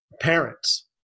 parents